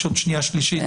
יש עוד שנייה שלישית.